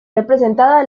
representada